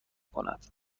کند